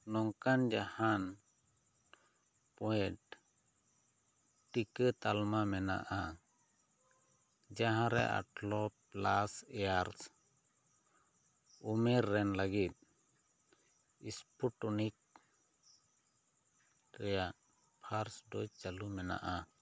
ᱱᱚᱝᱠᱟᱱ ᱡᱟᱦᱟᱱ ᱯᱮᱰ ᱴᱤᱠᱟᱹ ᱛᱟᱞᱢᱟ ᱢᱮᱱᱟᱜᱼᱟ ᱡᱟᱦᱟᱸ ᱨᱮ ᱟᱴᱷᱟᱨᱚ ᱯᱮᱞᱟᱥ ᱮᱭᱟᱨᱥ ᱩᱢᱮᱨ ᱨᱮᱱ ᱞᱟᱹᱜᱤᱫ ᱥᱯᱩᱴᱱᱤᱠ ᱨᱮᱭᱟᱜ ᱯᱷᱟᱨᱥᱴ ᱰᱳᱡ ᱪᱟᱹᱞᱩ ᱢᱮᱱᱟᱜᱼᱟ